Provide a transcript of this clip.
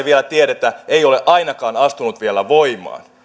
vielä tiedetä ei ole ainakaan astunut vielä voimaan